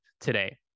today